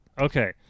Okay